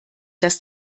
das